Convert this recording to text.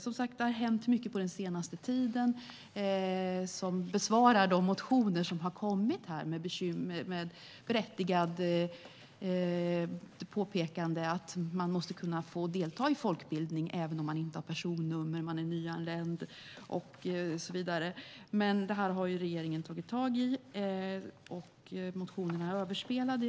Som sagt har det hänt mycket på den senaste tiden när det gäller att tillmötesgå kraven i de motioner som har väckts med berättigade påpekanden om att man måste kunna få delta i folkbildning även om man inte har personnummer och är nyanländ. Men det här har regeringen tagit tag i, så motionerna är överspelade.